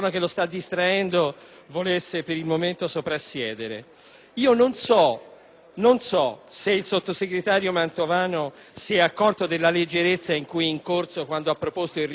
Non so se il sottosegretario Mantovano si è accorto della leggerezza nella quale è incorso quando ha proposto il ritiro di questo emendamento. Il senatore Livi Bacci si è prodigato in una spiegazione